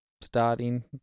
starting